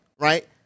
Right